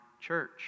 church